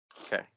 Okay